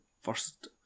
first